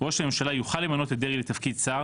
ראש הממשלה יוכל למנות את דרעי לתפקיד שר